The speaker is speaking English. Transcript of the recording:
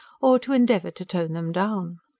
or to endeavour to tone them down.